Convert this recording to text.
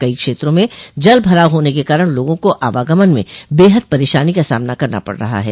कई क्षेत्रों में जल भराव होने के कारण लोगों को आवागमन में बेहद परेशानी का सामना करना पड़ रहा है